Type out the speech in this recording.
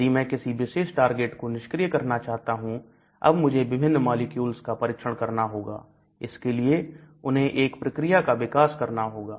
यदि मैं किसी विशेष टारगेट को निष्क्रिय करना चाहता हूं अब मुझे विभिन्न मॉलिक्यूल का परीक्षण करना होगा इसके लिए उन्हें एक प्रक्रिया का विकास करना होगा